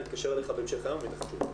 אני אתקשר אליך בהמשך היום ואתן לך תשובה.